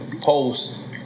post